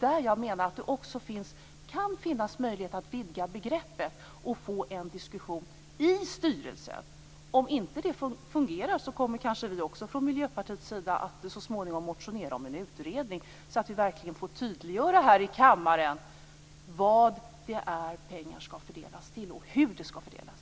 Det kan finnas möjlighet att vidga begreppet och få en diskussion i styrelsen. Om det inte fungerar kommer vi från Miljöpartiet kanske så småningom att motionera om en utredning, så att vi kan tydliggöra här i kammaren vad pengar skall fördelas till och hur de skall fördelas.